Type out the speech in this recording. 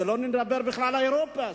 שלא לדבר בכלל על אירופה.